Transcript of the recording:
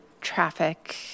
traffic